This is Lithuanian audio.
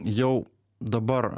jau dabar